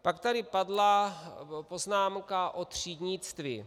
Pak tady padla poznámka o třídnictví.